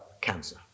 cancer